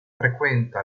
frequenta